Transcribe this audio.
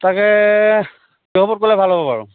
তাকে কিহৰ ওপৰত কৰিলে ভাল হ'ব বাৰু